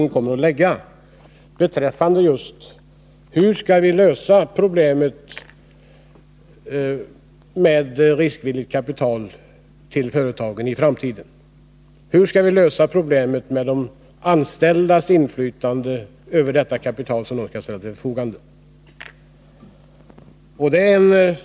Den kommer att svara just på frågorna om hur vi skall lösa problemet med att få riskvilligt kapital till företagen i framtiden och hur vi skall lösa problemet med de anställdas inflytande över det kapital som kan ställas till förfogande.